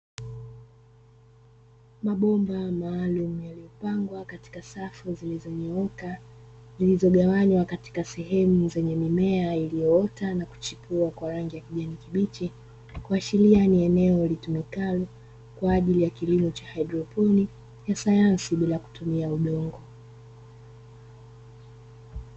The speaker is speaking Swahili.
Mabomba maalumu yaliyopangwa katika safu zilizonyooka zilizogawanywa katika sehemu zenye mimea iliyoota na kuchipua kwa rangi ya kijani kibichi, kuashiria ni eneo litumikalo kwa ajili ya kilimo cha haidroponi ya sayansi bila kutumia udongo.